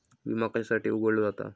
विमा कशासाठी उघडलो जाता?